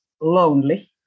lonely